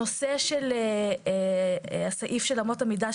הנושא של הסעיף של אמות המידה,